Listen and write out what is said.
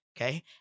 okay